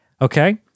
Okay